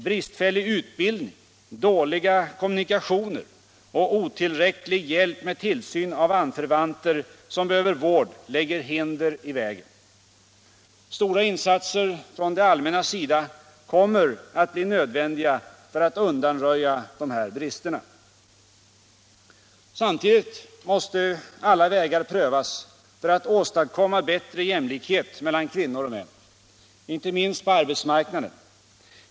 Bristfällig utbildning, dåliga kommunikationer och otillräcklig hjälp med tillsyn av anförvanter som behöver vård lägger hinder i vägen. Stora insatser från det allmännas sida kommer att bli nödvändiga för att undanröja dessa brister. Samtidigt måste alla vägar prövas för att åstadkomma bättre jämlikhet mellan kvinnor och män — inte minst på arbetsmarknaden.